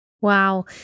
Wow